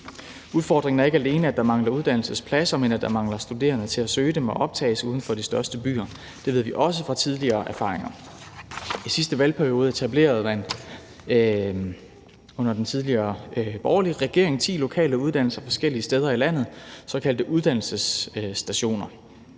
Udfordringerne er ikke alene, at der mangler uddannelsespladser, men at der mangler studerende til at søge dem og blive optaget uden for de større byer. Det ved vi også fra tidligere erfaringer. I sidste valgperiode etablerede man under den tidligere borgerlige regering ti lokale uddannelser forskellige steder i landet, såkaldte uddannelsesstationer,